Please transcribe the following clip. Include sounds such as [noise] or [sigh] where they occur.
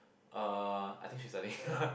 uh I think she's studying [laughs]